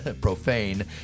profane